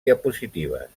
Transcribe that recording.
diapositives